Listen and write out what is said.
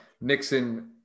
Nixon